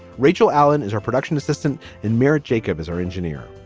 rachel allen is our production assistant in marriage. jacob is our engineer.